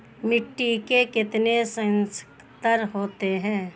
मिट्टी के कितने संस्तर होते हैं?